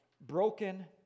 broken